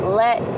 let